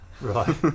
Right